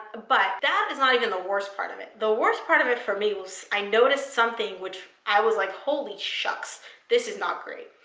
but that is not even the worst part of it. the worst part of it, for me, was i noticed something which i was like, holy shucks. this is not great.